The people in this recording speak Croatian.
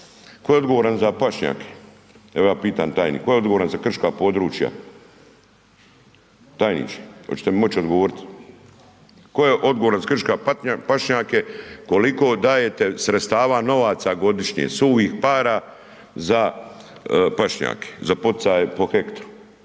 Tko je odgovoran za pašnjake? Evo, ja pitam tajnika. Tko je odgovoran za krška područja? Tajniče, hoćete mi moći odgovoriti? Tko je odgovaran za krške pašnjake, koliko dajete sredstava, novaca, godišnje, suhih para za pašnjake, za poticaje po hektru?